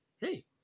hey